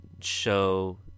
show